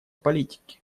политики